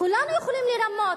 כולנו יכולים לרמות,